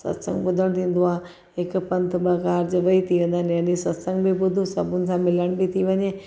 सत्संग ॿुधणु थींदो आहे हिकु पंथ ॿ कारिज बि थी वेंदा आहिनि याने सत्संग बि ॿुध सभिनी सां मिलण बि थी वञे